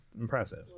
impressive